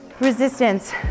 resistance